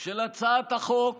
של הצעת החוק